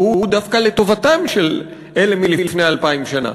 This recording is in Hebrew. והוא דווקא לטובתם של אלה מלפני 2,000 שנה,